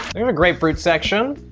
there's a grapefruit section.